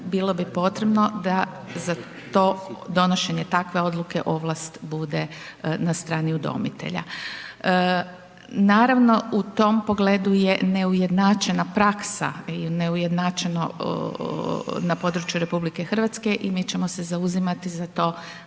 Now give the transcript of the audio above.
bilo bi potrebno da za to donošenje takve odluke ovlast bude na strani udomitelja. Naravno, u tom pogledu je neujednačena praksa i neujednačeno na području RH i mi ćemo se zauzimati za to